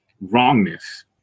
wrongness